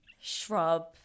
shrub